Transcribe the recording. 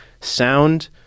sound